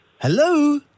Hello